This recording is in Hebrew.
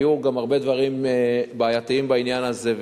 היו גם הרבה דברים בעייתיים בעניין הזה,